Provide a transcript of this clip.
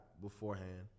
beforehand